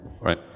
right